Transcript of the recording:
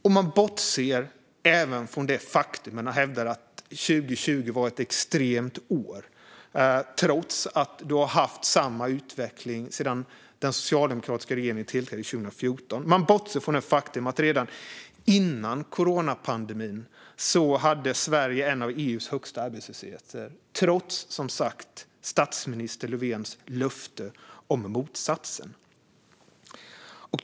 När man hävdar att 2020 var ett extremt år bortser man även från det faktum att det har varit samma utveckling sedan den socialdemokratiska regeringen tillträdde 2014. Man bortser från det faktum att Sveriges arbetslöshet var en av de högsta inom EU redan innan coronapandemin, trots - som sagt - statsminister Löfvens löfte om motsatsen.